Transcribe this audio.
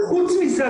וחוץ מזה,